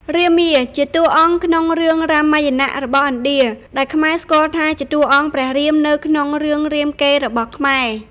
រាមា ជាតួអង្គក្នុងរឿងរាមយណៈរបស់ឥណ្ឌា ដែលខ្មែរស្គាល់ថាជាតួអង្គព្រះរាម នៅក្នុងរឿងរាមកេរ្តិ៍របស់ខ្មែរ។